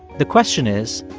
the question is,